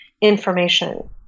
information